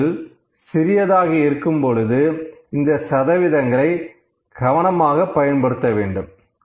sample சிறியதாக இருக்கும்போது இந்த சதவீதங்களை கவனமாக பயன்படுத்த வேண்டும்